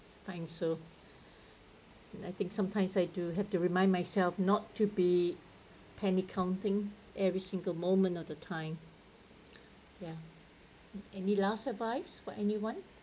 fine so I think sometimes I do have to remind myself not to be penny counting every single moment of the time ya any last advice for anyone